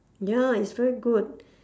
ya it's very good